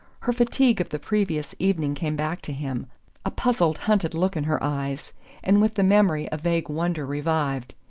her fatigue of the previous evening came back to him a puzzled hunted look in her eyes and with the memory a vague wonder revived.